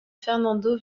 fernando